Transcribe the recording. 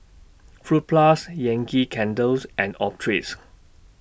Fruit Plus Yankee Candles and Optrex